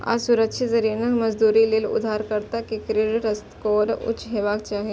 असुरक्षित ऋणक मंजूरी लेल उधारकर्ता के क्रेडिट स्कोर उच्च हेबाक चाही